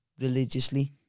religiously